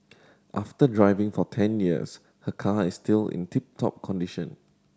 after driving for ten years her car is still in tip top condition